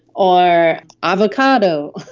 or avocado,